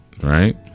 right